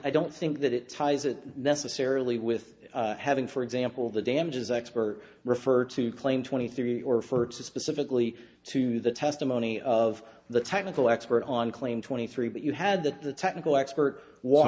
i don't think that it ties it necessarily with having for example the damages expert refer to claim twenty three or first specifically to the testimony of the technical expert on claim twenty three but you had that the technical expert wa